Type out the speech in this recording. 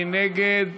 מי נגד?